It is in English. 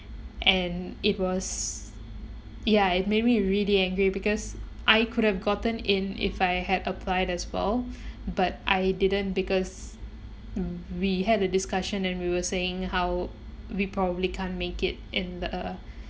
and it was ya it made me really angry because I could have gotten in if I had applied as well but I didn't because we had a discussion and we were saying how we probably can't make it in the